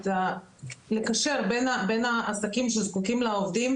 לקשר בין העסקים שזקוקים לעובדים,